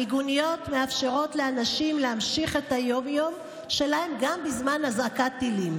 המיגוניות מאפשרות לאנשים להמשיך את היום-יום שלהם גם בזמן אזעקת טילים,